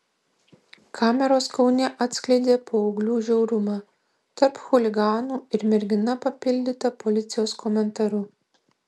kameros kaune atskleidė paauglių žiaurumą tarp chuliganų ir mergina papildyta policijos komentaru